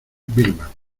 vilma